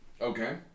Okay